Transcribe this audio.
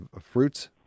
fruits